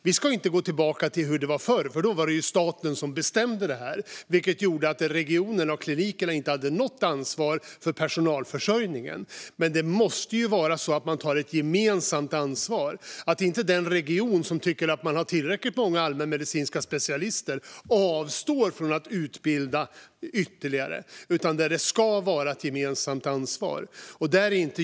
Vi ska inte gå tillbaka till hur det var förr, när det var staten som bestämde detta, vilket gjorde att regionerna och klinikerna inte hade något ansvar för personalförsörjningen. Men det måste tas ett gemensamt ansvar så att inte den region som tycker att man har tillräckligt många allmänmedicinska specialister avstår från att utbilda ytterligare. Det ska vara ett gemensamt ansvar.